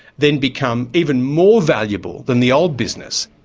then become even more valuable than the old business.